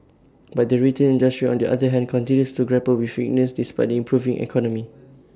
but the retail industry on the other hand continues to grapple with weakness despite the improving economy